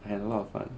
I had a lot of fun